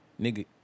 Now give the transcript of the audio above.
Nigga